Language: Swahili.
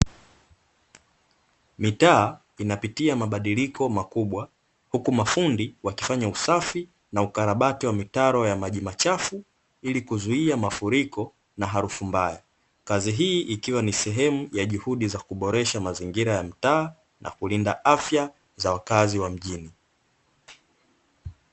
Mitaa inapitia mabadiliko makubwa, huku mafundi wakifanya usafi na ukarabati wa mitaro ya maji machafu, ili kuzuia mafuriko na harufu mbaya. Kazi hii ikiwa ni sehemu ya juhudi za kuboresha mazingira ya mtaa, na kulinda afya za wakazi wa mjini.